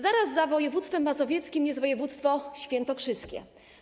Zaraz za województwem mazowieckim jest województwo świętokrzyskie.